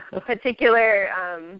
particular